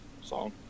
song